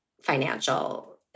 financial